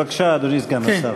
בבקשה, אדוני סגן השר.